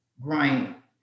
growing